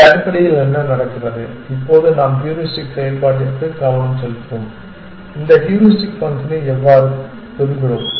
இது அடிப்படையில் என்ன நடக்கிறது இப்போது நாம் ஹியூரிஸ்டிக் செயல்பாட்டிற்கு கவனம் செலுத்துவோம் இந்த ஹூரிஸ்டிக் ஃபங்க்ஷனை எவ்வாறு பெறுகிறோம்